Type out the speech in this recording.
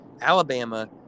Alabama